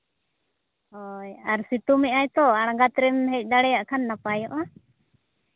ᱦᱳᱭ ᱟᱨ ᱥᱮᱛᱳᱝ ᱮᱜ ᱟᱭ ᱛᱚ ᱟᱬᱜᱟᱛ ᱨᱮᱢ ᱦᱮᱡ ᱫᱟᱲᱮᱭᱟᱜ ᱠᱷᱟᱡ ᱱᱟᱯᱟᱭᱚᱜᱼᱟ